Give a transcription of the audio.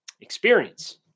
experience